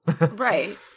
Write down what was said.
Right